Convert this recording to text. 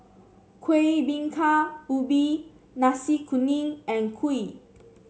Kuih Bingka Ubi Nasi Kuning and kuih